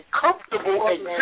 comfortable